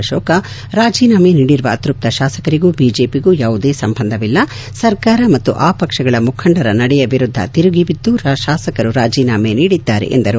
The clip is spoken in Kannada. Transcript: ಅಕೋಕ ರಾಜೀನಾಮೆ ನೀಡಿರುವ ಅತೃಪ್ತ ಶಾಸಕರಿಗೂ ಬಿಜೆಪಿಗೂ ಯಾವುದೇ ಸಂಬಂಧವಿಲ್ಲ ಸರ್ಕಾರ ಮತ್ತು ಆ ಪಕ್ಷಗಳ ಮುಖಂಡರ ನಡೆಯ ವಿರುದ್ಧ ತಿರುಗಿಬಿದ್ದು ತಾಸಕರು ರಾಜೀನಾಮೆ ನೀಡಿದ್ದಾರೆ ಎಂದರು